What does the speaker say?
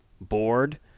bored